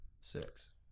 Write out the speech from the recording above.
Six